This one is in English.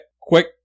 Quick